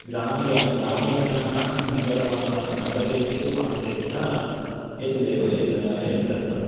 ग्रामज् ग्रामजनानां नगरवा नगरेषु वासे च एतदेव एतत् एतदर्थम्